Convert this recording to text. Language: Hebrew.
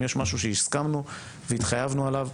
אם יש משהו שהסכמנו והתחייבנו עליו,